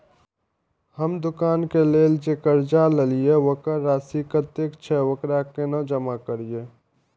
हम दुकान के लेल जे कर्जा लेलिए वकर राशि कतेक छे वकरा केना जमा करिए?